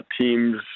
teams